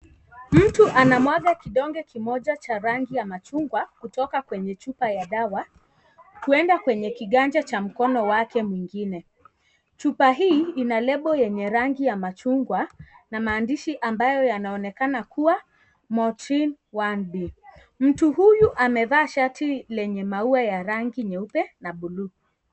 Mtu anamwaga kidonge kimoja cha rangi ya machungwa kutoka kwenye chupa ya dawa. Huenda kwenye kiganja cha mkono wake mwingine. Chupa hii, ina lebo yenye rangi ya machungwa na maandishi ambayo yanaonekana kuwa, mortin 1B. Mtu huyu amevaa shati lenye maua ya rangi nyeupe na buluu.